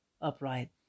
upright